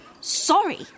Sorry